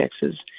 taxes